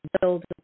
build